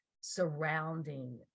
surrounding